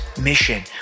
mission